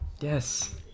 Yes